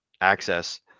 access